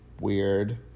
weird